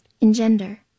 Engender